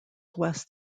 west